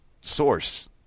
source